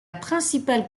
principale